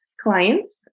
clients